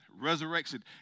resurrection